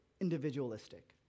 individualistic